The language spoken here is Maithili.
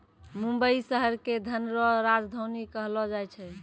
मुंबई शहर के धन रो राजधानी कहलो जाय छै